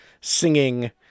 singing